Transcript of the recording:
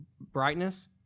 brightness